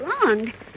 belonged